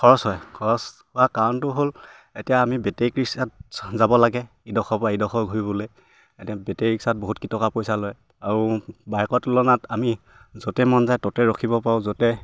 খৰচ হয় খৰচ হোৱা কাৰণটো হ'ল এতিয়া আমি বেটেৰী ৰিক্সাত যাব লাগে ইডখৰ পৰা ইডখৰ ঘূৰিবলৈ এতিয়া বেটেৰী ৰিক্সাত বহুত কিটকা পইচা লয় আৰু বাইকৰ তুলনাত আমি য'তে মন যায় ত'তে ৰখিব পাৰোঁ য'তে